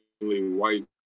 white